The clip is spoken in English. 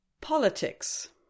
Politics